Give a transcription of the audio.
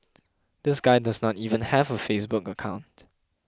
this guy does not even have a Facebook account